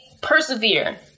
persevere